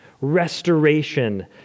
restoration